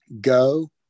go